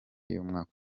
y’umwaka